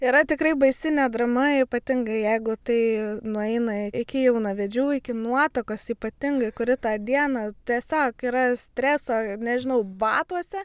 yra tikrai baisinė drama ypatingai jeigu tai nueina iki jaunavedžių iki nuotakos ypatingai kuri tą dieną tiesiog yra streso nežinau batuose